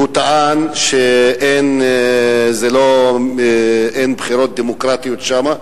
הוא טען שאין בחירות דמוקרטיות שם.